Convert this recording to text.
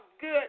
good